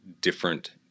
different